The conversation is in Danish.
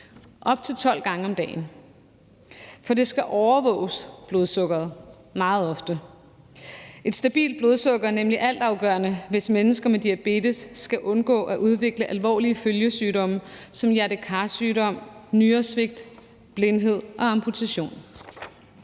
op til 12 gange om dagen. For det skal overvåges, altså blodsukkeret, meget ofte. Et stabilt blodsukker er nemlig altafgørende, hvis mennesker med diabetes skal undgå at udvikle alvorlige følgesygdomme som hjerte-kar-sygdomme, nyresvigt, blindhed og amputation.